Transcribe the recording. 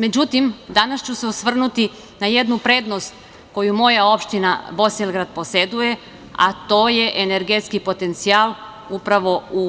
Međutim, danas ću se osvrnuti na jednu prednost koju moja opština Bosilegrad poseduje, a to je energetski potencijal upravo u